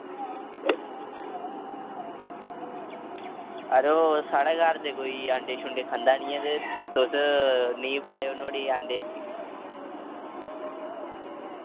अड़ो साढ़े घर ते कोई अंडे शुंडे खंदा नेईं ऐ ते तुस नेईं पायो नुआढ़े च अंडे